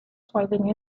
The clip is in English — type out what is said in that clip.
swirling